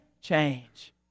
change